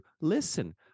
listen